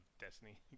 Destiny